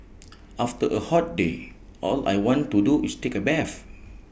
after A hot day all I want to do is take A bath